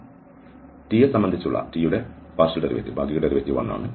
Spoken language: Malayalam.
അതിനാൽ t സംബന്ധിച്ചുള്ള t യുടെ ഭാഗിക ഡെറിവേറ്റീവ് ഒന്നാണ്